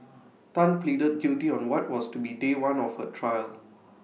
Tan pleaded guilty on what was to be day one of her trial